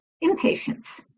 impatience